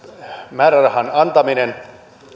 määrärahan antaminen